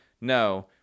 No